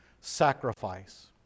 sacrifice